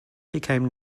became